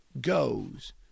goes